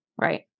Right